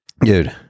dude